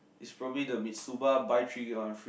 is probably the Mitsuba buy three get one free